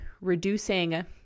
reducing